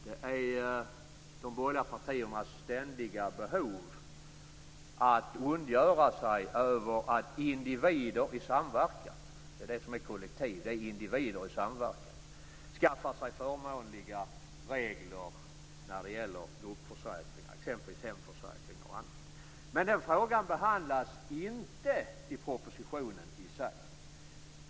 Den handlar om de borgerliga partiernas ständiga behov att ondgöra sig över att individer i samverkan - det är det som är kollektiv - skaffar sig förmånliga regler för gruppförsäkringar, t.ex. hemförsäkringar. Men den frågan behandlas inte i propositionen.